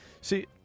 see